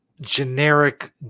generic